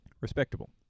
respectable